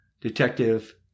detective